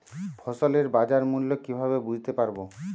ফসলের বাজার মূল্য কিভাবে বুঝতে পারব?